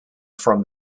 from